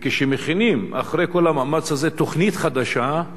וכשמכינים, אחרי כל המאמץ הזה, תוכנית חדשה,